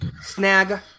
Snag